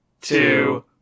two